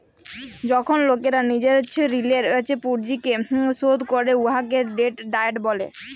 যখল লকেরা লিজের ঋলের পুঁজিকে শধ ক্যরে উয়াকে ডেট ডায়েট ব্যলে